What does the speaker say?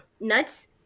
nuts